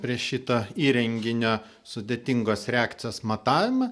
prie šito įrenginio sudėtingos reakcijos matavimą